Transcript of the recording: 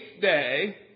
day